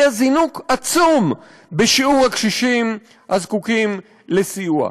יהיה זינוק עצום בשיעור הקשישים הזקוקים לסיוע.